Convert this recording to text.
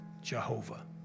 Jehovah